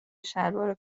شلوار